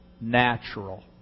natural